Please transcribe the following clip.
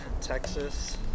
Texas